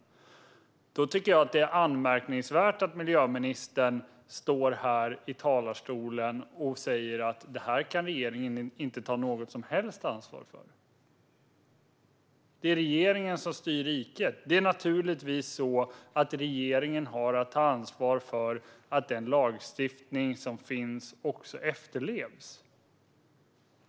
Då är det anmärkningsvärt att miljöministern står i talarstolen och säger att regeringen inte kan ta något som helst ansvar för det här. Det är regeringen som styr riket. Det är naturligtvis så att regeringen har att ta ansvar för att den lagstiftning som finns också efterlevs.